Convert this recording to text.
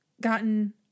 gotten